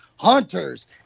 hunters